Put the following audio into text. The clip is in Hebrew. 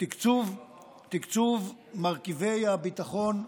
תקצוב מרכיבי הביטחון,